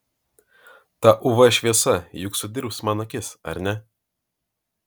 ta uv šviesa juk sudirbs man akis ar ne